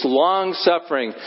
long-suffering